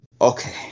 Okay